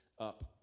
up